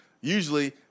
Usually